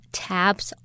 tabs